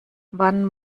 wann